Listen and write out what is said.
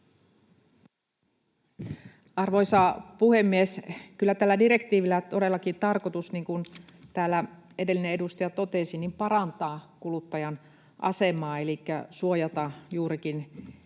Arvoisa puhemies! Kyllä tällä direktiivillä on todellakin tarkoitus, niin kuin täällä edellinen edustaja totesi, parantaa kuluttajan asemaa elikkä suojata juurikin,